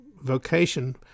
vocation